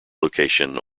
location